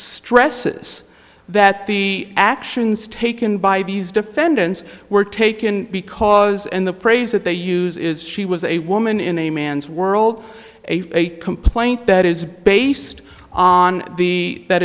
stresses that the actions taken by these defendants were taken because and the phrase that they use is she was a woman in a man's world a complaint that is based on b that